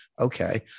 okay